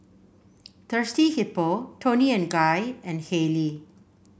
Thirsty Hippo Toni and Guy and Haylee